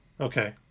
okay